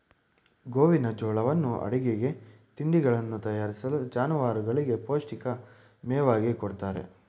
ಗೋವಿನಜೋಳವನ್ನು ಅಡುಗೆಗೆ, ತಿಂಡಿಗಳನ್ನು ತಯಾರಿಸಲು, ಜಾನುವಾರುಗಳಿಗೆ ಪೌಷ್ಟಿಕ ಮೇವಾಗಿ ಕೊಡುತ್ತಾರೆ